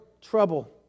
trouble